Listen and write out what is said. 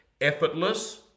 Effortless